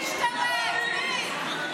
מי משתמט, מי?